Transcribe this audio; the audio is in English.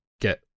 get